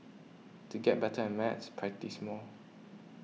to get better at maths practise more